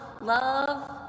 love